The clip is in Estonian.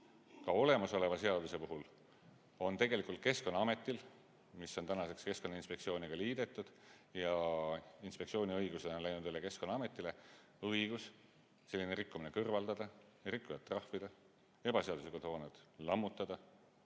Ka olemasoleva seaduse puhul on tegelikult Keskkonnaametil, mis on tänaseks keskkonnainspektsiooniga liidetud ja inspektsiooni õigused on läinud Keskkonnaametile, õigus selline rikkumine kõrvaldada, rikkujat trahvida, ebaseaduslikud hooned lammutada.